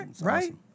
right